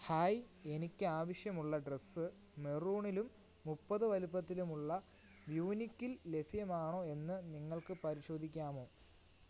hi എനിക്ക് ആവശ്യമുള്ള dress മെറൂണിലും മുപ്പത് വലുപ്പത്തിലുമുള്ള വ്യൂനികിൽ ലഭ്യമാണോ എന്ന് നിങ്ങൾക്ക് പരിശോധിക്കാമോ